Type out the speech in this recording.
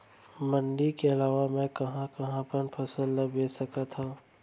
मण्डी के अलावा मैं कहाँ कहाँ अपन फसल ला बेच सकत हँव?